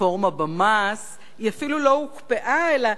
הרפורמה במס אפילו לא הוקפאה, אלא,